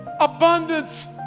abundance